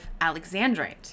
Alexandrite